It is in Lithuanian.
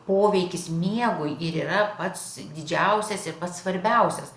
poveikis miegui ir yra pats didžiausias ir pats svarbiausias